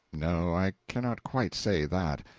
no, i cannot quite say that.